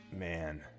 Man